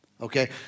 Okay